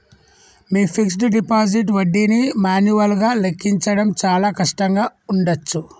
మీ fixed deposit వడ్డీని మాన్యువల్గా లెక్కించడం చాలా కష్టంగా ఉండచ్చు